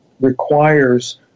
requires